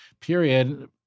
period